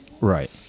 Right